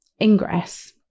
ingress